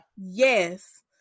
Yes